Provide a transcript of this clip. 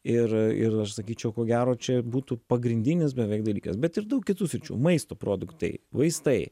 ir ir aš sakyčiau ko gero čia būtų pagrindinis beveik dalykas bet ir daug kitų sričių maisto produktai vaistai